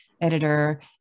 editor